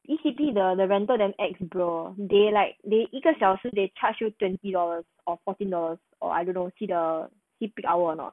E_C_P the the rental damn ex~ bro they like they 一个小时 they charge you twenty dollars or fourteen dollars or I don't know see the see peak hour or not